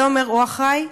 זה אומר הוא אחראי,